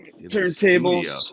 Turntables